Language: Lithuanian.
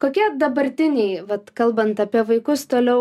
kokie dabartiniai vat kalbant apie vaikus toliau